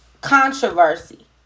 controversy